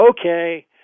Okay